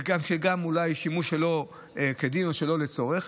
וגם אולי שימוש שלא כדין או שלא לצורך.